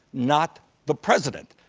not the president.